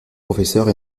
professeurs